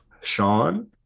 Sean